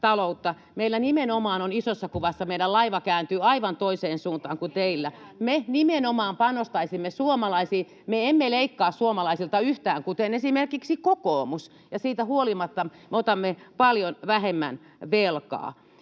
teillä. [Veronika Honkasalo: Eikä käänny! — Vastauspuheenvuoropyyntöjä vasemmalta] Me nimenomaan panostaisimme suomalaisiin, me emme leikkaa suomalaisilta yhtään, kuten esimerkiksi kokoomus, ja siitä huolimatta me otamme paljon vähemmän velkaa.